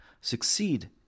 succeed